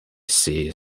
sea